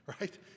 right